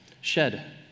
shed